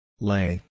Lay